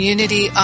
Unity